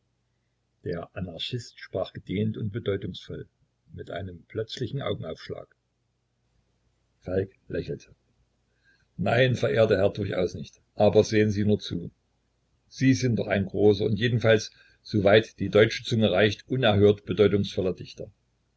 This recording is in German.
der anarchist sprach gedehnt und bedeutungsvoll mit einem plötzlichen augenaufschlag falk lächelte nein verehrter herr durchaus nicht aber sehen sie nur zu sie sind doch ein großer und jedenfalls so weit die deutsche zunge reicht unerhört bedeutungsvoller dichter